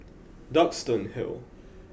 Duxton Hill